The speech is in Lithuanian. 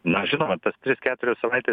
na žinoma tas tris keturias savaites